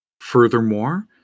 Furthermore